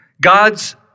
God's